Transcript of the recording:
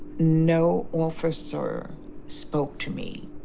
no officer spoke to me.